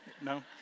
No